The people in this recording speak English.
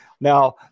Now